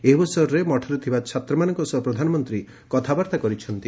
ଏହି ଅବସରରେ ମଠରେ ଥିବା ଛାତ୍ରମାନଙ୍କ ସହ ପ୍ରଧାନମନ୍ତ୍ରୀ କଥାବାର୍ତ୍ତା କରିଛନ୍ତି